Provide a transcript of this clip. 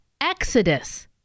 Exodus